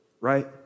right